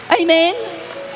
Amen